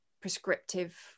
prescriptive